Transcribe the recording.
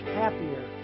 happier